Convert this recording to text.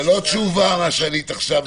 זו לא תשובה מה שענית עכשיו.